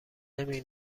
نمی